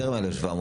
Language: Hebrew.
יותר מ-1,700,